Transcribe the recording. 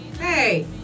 hey